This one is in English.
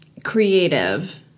creative